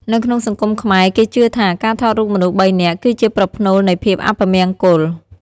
នៅក្នុងសង្គមខ្មែរគេជឿថា ការថតរូបមនុស្សបីនាក់ គឺជាប្រផ្នូលនៃភាពអពមង្គល។